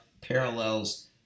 parallels